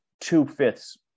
two-fifths